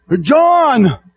John